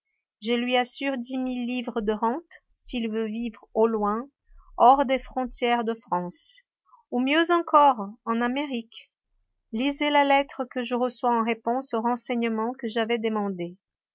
je lui assure dix mille livres de rente s'il veut vivre au loin hors des frontières de france ou mieux encore en amérique lisez la lettre que je reçois en réponse aux renseignements que j'avais demandés